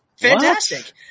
fantastic